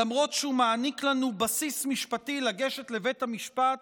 למרות שהוא מעניק לנו בסיס משפטי לגשת לבית המשפט